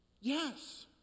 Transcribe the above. yes